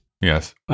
Yes